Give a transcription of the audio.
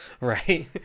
right